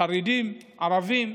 חרדים, ערבים,